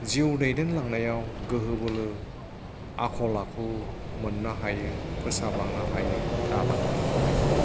जिउ दैदेनलांनायाव गोहो बोलो आखल आखु मोननो हायो फोसाबलांनो हायो दालांनो हायो